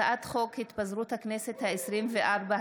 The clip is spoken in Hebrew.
הצעת חוק התפזרות הכנסת העשרים-וארבע,